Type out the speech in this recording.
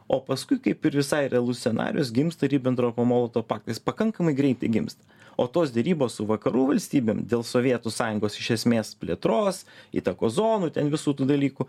o paskui kaip ir visai realus scenarijus gimsta ribentropo molotovo paktas jis pakankamai greitai gimsta o tos derybos su vakarų valstybėm dėl sovietų sąjungos iš esmės plėtros įtakos zonų ten visų tų dalykų